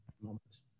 moments